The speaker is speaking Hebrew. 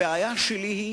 הבעיה שלי,